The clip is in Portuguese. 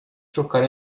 trocar